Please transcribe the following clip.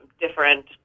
different